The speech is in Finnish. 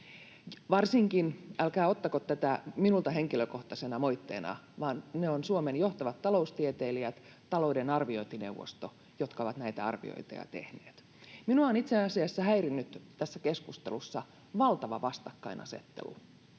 Älkää ottako tätä minulta henkilökohtaisena moitteena, vaan ne ovat Suomen johtavat taloustieteilijät, talouden arviointineuvosto, jotka ovat näitä arviointeja tehneet. Minua on itse asiassa häirinnyt tässä keskustelussa valtava vastakkainasettelu.